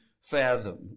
fathom